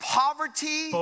poverty